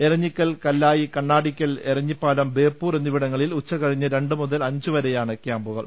Eranhikkal Kallayi Kannadikkal Eranhipalam Beypore എന്നിവിടങ്ങളിൽ ഉച്ച കഴിഞ്ഞ് രണ്ടുമുതൽ അഞ്ചുവരെയാണ് കൃാമ്പുകൾ